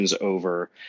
over